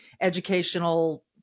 educational